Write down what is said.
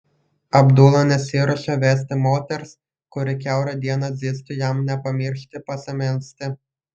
abdula nesiruošė vesti moters kuri kiaurą dieną zyztų jam nepamiršti pasimelsti